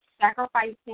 sacrificing